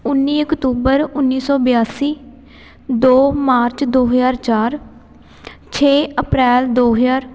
ਉੱਨੀ ਅਕਤੂਬਰ ਉੱਨੀ ਸੌ ਬਿਆਸੀ ਦੋ ਮਾਰਚ ਦੋ ਹਜ਼ਾਰ ਚਾਰ ਛੇ ਅਪ੍ਰੈਲ ਦੋ ਹਜ਼ਾਰ